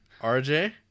RJ